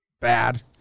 Bad